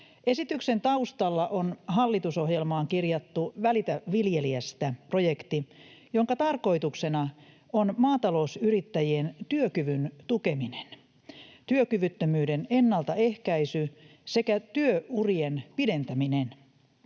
Esityksen taustalla on hallitusohjelmaan kirjattu Välitä viljelijästä ‑projekti, jonka tarkoituksena on maatalousyrittäjien työkyvyn tukeminen, työkyvyttömyyden ennaltaehkäisy sekä työurien pidentäminen.